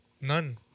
None